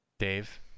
Dave